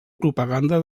propaganda